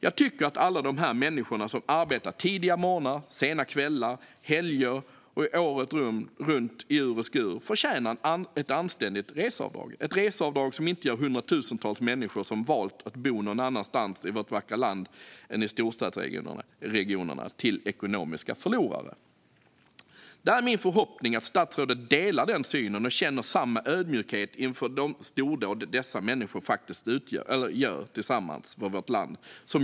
Jag tycker att alla de människor som arbetar tidiga morgnar, sena kvällar och helger året runt i ur och skur förtjänar ett anständigt reseavdrag - ett reseavdrag som inte gör hundratusentals människor som har valt att bo någon annanstans i vårt vackra land än i storstadsregionerna till ekonomiska förlorare. Det är min förhoppning att statsrådet delar den synen och känner samma ödmjukhet som jag känner inför de stordåd dessa människor faktiskt utför tillsammans för vårt land.